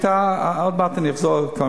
השביתה, עוד מעט אני אחזור לזה.